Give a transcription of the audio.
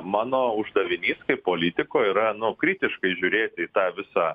mano uždavinys kaip politiko yra nu kritiškai žiūrėti į tą visą